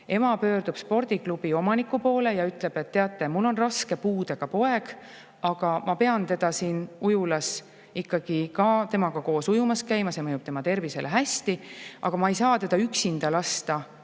– spordiklubi omaniku poole ja ütleb, et teate, mul on raske puudega poeg, aga ma pean siin ujulas ikkagi temaga koos ujumas käima, see mõjub tema tervisele hästi, aga ma ei saa teda üksinda lasta